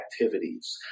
activities